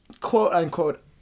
quote-unquote